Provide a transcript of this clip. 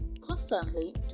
constantly